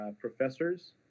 professors